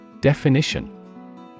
Definition